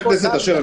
חבר הכנסת אשר,